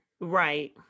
Right